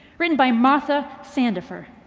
written by martha sandefer.